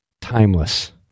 timeless